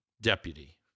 Deputy